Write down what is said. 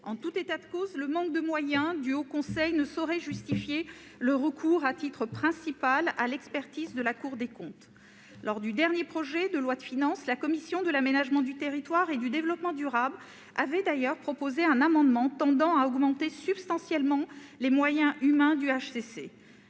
En tout état de cause, le manque de moyens du Haut Conseil ne saurait justifier le recours, à titre principal, à l'expertise de la Cour des comptes. Lors du dernier projet de loi de finances, la commission de l'aménagement du territoire et du développement durable avait d'ailleurs proposé un amendement tendant à augmenter substantiellement les moyens humains du HCC.